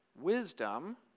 Wisdom